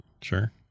sure